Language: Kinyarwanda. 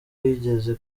yigeze